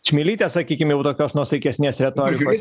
čmilytę sakykim jau tokios nuosaikesnės retorikos